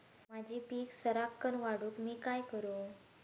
माझी पीक सराक्कन वाढूक मी काय करू?